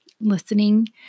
listening